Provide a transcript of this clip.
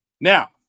Now